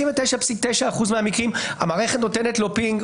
99.9% מהמקרים המערכת נותנת לו פינג,